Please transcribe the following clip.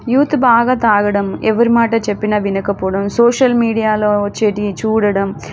youth బాగా తాగడం ఎవరి మాట చెప్పిన వినకపోవడం సోషల్ మీడియాలో వచ్చేటివి చూడడం